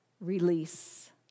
Release